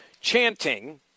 chanting